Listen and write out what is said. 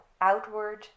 outward